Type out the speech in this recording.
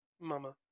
Mama